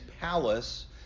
palace